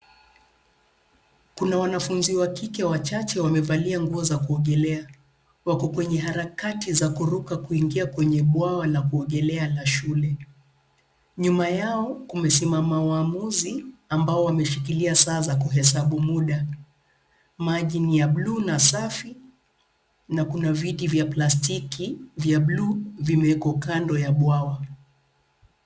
Kuna wanafunzi wa kike wachache wamevalia nguo za kuogelea. Wako kwenye harakati za kuruka kuingia kwenye bwawa la kuogelea la shule. Nyuma yao kumesimama waamuzi ambao wameshikilia saa za kuhesabu muda. Maji ni ya buluu na safi na kuna viti vya plastiki vya buluu, vimewekwa kando ya bwawa.